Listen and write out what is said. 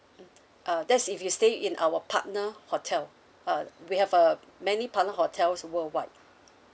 mm uh that's if you stay in our partner hotel uh we have uh many partner hotels worldwide